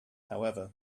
however